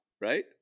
right